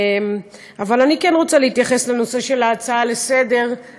אבל אני כן רוצה להתייחס לנושא של ההצעה לסדר-היום,